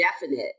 definite